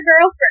girlfriend